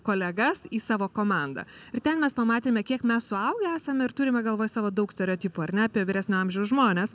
kolegas į savo komandą ir ten mes pamatėme kiek mes suaugę esame ir turime galvoj savo daug stereotipų ar ne apie vyresnio amžiaus žmones